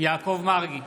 יעקב מרגי,